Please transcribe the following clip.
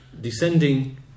descending